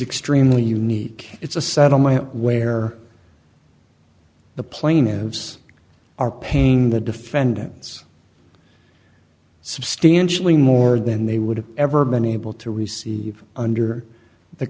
extremely unique it's a settlement where the plaintiffs are paying the defendants substantially more than they would have ever been able to receive under the